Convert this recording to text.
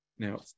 Now